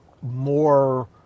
more